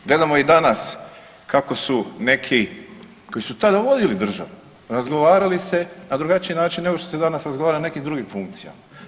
Gledamo i danas kako su neki koji su tada vodili državu, razgovarali se na drugačiji način nego što se danas razgovara na nekim drugim funkcijama.